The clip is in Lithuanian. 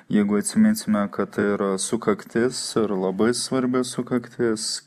jeigu atsiminsime kad ir sukaktis ir labai svarbi sukaktis